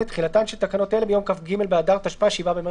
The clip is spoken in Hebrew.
התשפ"א-2021."